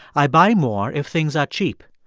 i buy more if things are cheap.